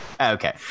Okay